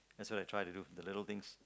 that's what I try to do the little things